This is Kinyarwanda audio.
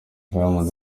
diamond